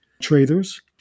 traders